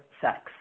sex